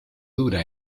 dura